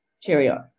Cheerio